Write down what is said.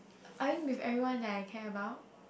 I think with everyone that I care about